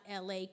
LA